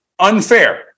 unfair